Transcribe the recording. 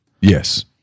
Yes